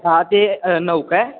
सहा ते नऊ काय